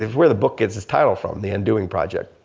it's where the book gets it's title from. the undoing project.